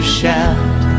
shout